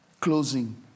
Closing